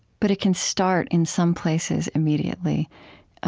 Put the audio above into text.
but it can start in some places immediately